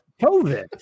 COVID